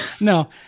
No